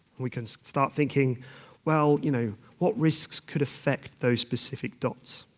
we can start thinking well, you know, what risks could affect those specific dots?